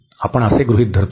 आपण असे गृहीत धरतो की हे